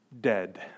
dead